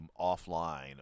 offline